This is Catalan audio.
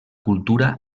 cultura